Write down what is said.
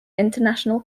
international